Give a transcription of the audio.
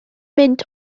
mynd